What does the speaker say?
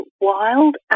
Wild